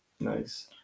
nice